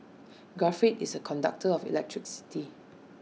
graphite is A conductor of electricity